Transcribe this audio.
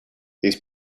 these